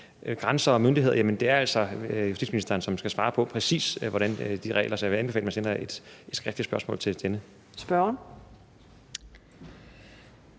grænser og myndigheder er det altså justitsministeren, som skal svare på, i forhold til hvordan reglerne præcis er der. Så jeg vil anbefale, at man sender et skriftligt spørgsmål til justitsministeren.